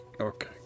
Okay